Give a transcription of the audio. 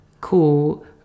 cool